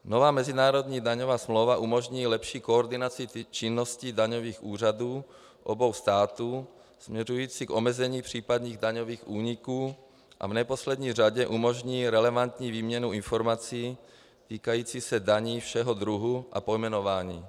Nová mezinárodní daňová smlouva umožní lepší koordinaci činnosti daňových úřadů obou států směřující k omezení případných daňových úniků a v neposlední řadě umožní relevantní výměnu informací týkající se daní všeho druhu a pojmenování.